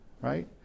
right